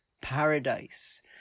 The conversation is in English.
paradise